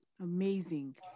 amazing